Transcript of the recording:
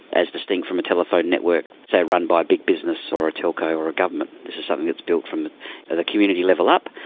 as distinct from a telephone network, say, run by big business or a telco or a government. this is something that's built from the community level up.